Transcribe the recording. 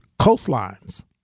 coastlines